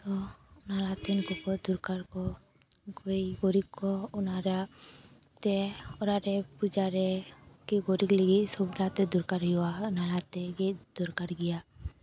ᱛᱳ ᱚᱱᱟ ᱞᱟᱛᱮ ᱩᱱᱠᱩ ᱠᱚ ᱫᱚᱨᱠᱟᱨ ᱠᱚ ᱜᱟᱹᱭ ᱜᱩᱨᱤᱡ ᱠᱚ ᱚᱱᱟ ᱨᱮ ᱛᱮ ᱚᱨᱟᱜ ᱨᱮ ᱯᱩᱡᱟᱹᱮ ᱠᱤ ᱜᱩᱨᱤᱡ ᱞᱟᱹᱜᱤᱫ ᱥᱩᱵᱨᱟᱛᱮ ᱫᱚᱨᱠᱟᱨ ᱦᱩᱭᱩᱜᱼᱟ ᱚᱱᱟᱛᱮᱜᱮ ᱫᱚᱨᱠᱟᱨ ᱜᱮᱭᱟ